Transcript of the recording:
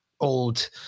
old